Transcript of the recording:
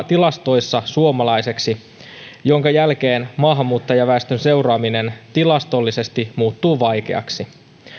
tilastoissa suomalaiseksi minkä jälkeen maahanmuuttajaväestön seuraaminen tilastollisesti muuttuu vaikeaksi